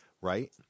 right